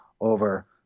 over